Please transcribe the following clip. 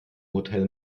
hotel